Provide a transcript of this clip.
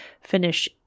finish